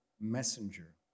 messenger